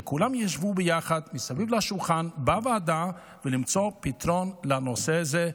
כולם ישבו ביחד מסביב לשולחן בוועדה למצוא פתרון לנושא הזה,